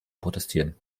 protestieren